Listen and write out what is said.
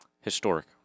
Historic